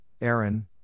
Aaron